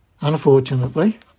Unfortunately